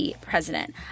president